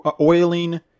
oiling